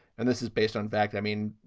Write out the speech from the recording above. and this is based on fact. i mean,